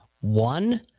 one